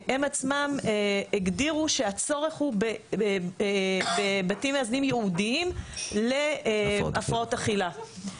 הן עצמן הגדירו שהצורך הוא בבתים מאזנים ייעודיים להפרעות אכילה.